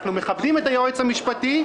אנחנו מכבדים את היועץ המשפטי,